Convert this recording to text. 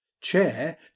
Chair